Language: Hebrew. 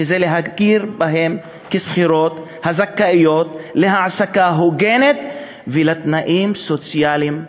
שזה להכיר בהן כשכירות הזכאיות להעסקה הוגנת ולתנאים סוציאליים מלאים.